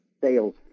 sales